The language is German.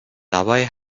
dabei